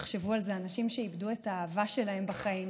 תחשבו על זה: אנשים שאיבדו את האהבה שלהם בחיים,